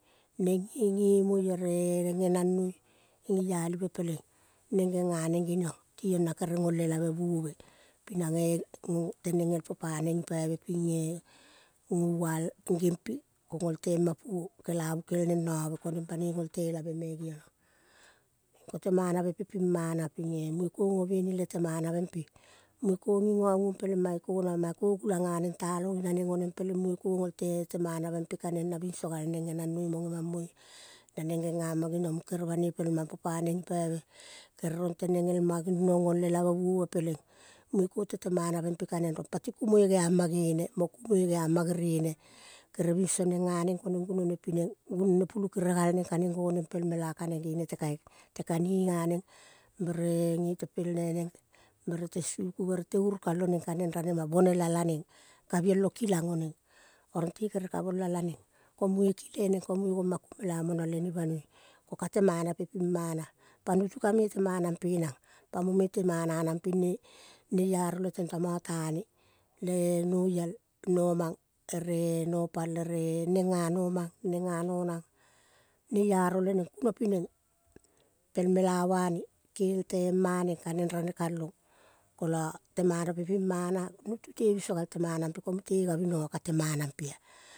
Meng mgiemoi ere-e ngangnoi ngeialibe peleng neng ngenianeng ngeniong tiong nakere ngol elavebuove pinae neng tenengel po pa neng ngi poive pinge ngoal ping ngempi ko ngol lemapuo, kelabul kelneng peleng nobe keneng banoi ngol lelave me ngeniongea. Kolemanavempeme ping mana ping monge ko ngo behainim le te manavempe munge ko ngingingonguong peleng mangeko nama mangeko gulang nganeng tealong nginanengoneng peleng munge ko ngoipe temanoube nipe kaneng na biso galneng ngenangnoi mo ngemangmoi. Naneng ngenama geniong munge kere banoi pelmampo paneng ngipoive kere rong renengelma ginong ngol elave buove peleng munge ko lelemanavempe kaneng rong pati kumoi geama gere mo kumoi geriama gerene, kerebiso neng nga neng ko heng gunone pireng, gunone puukena gal neng ka neng goneng pel mela kaneng gene te kaikai, lekaninga neng bere ngetepelne neng bere te suku bere te unikal oneng ka neng ranema. Bonela la nengka bielo kilang oneng orole kereka bola lareng, komungeti reneng ko mungeti gona kumelamonolene oe. Ko kate manampe oing mana ipanpare kanantemanampe nang. pamometeimana ping ne neiaro le tenomoleine le noial, nomang ere nopal ere neng nga nomang neng nga nonange. Neiaro leneng kunopineng pelmelava ne kei tema neng ica neng ranekalong kele temanampe ping mana mute biso gal temanampe ko mute gabinongo kate manampe.